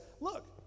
look